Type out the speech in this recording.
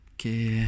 Okay